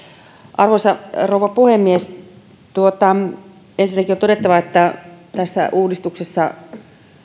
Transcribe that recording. arvoisa rouva puhemies ensinnäkin on todettava että tässä uudistuksessa